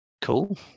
cool